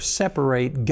separate